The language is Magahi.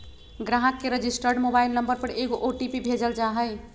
ग्राहक के रजिस्टर्ड मोबाइल नंबर पर एगो ओ.टी.पी भेजल जा हइ